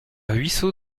ruisseau